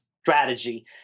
strategy